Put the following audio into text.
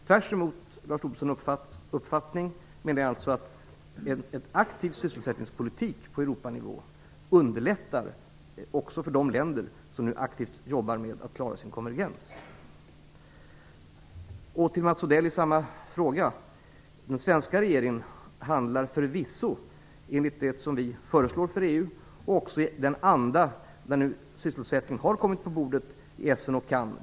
Tvärtemot Lars Tobissons uppfattning menar jag alltså att en aktiv sysselsättningspolitik på Europanivå underlättar också för de länder som nu aktivt jobbar med att klara sin konvergens. Till Mats Odell vill jag i samma fråga säga att den svenska regeringen förvisso handlar enligt det vi föreslår EU och också i den anda som finns när nu sysselsättningen har kommit på bordet i Essen och Cannes.